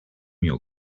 your